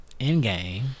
Endgame